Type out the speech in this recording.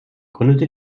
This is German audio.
gründete